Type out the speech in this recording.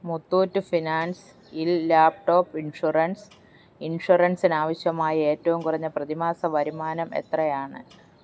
Muthoot finance ഇൽ laptop insurance ഇൻഷുറൻസിനാവശ്യമായ ഏറ്റവും കുറഞ്ഞ പ്രതിമാസ വരുമാനം എത്രയാണ്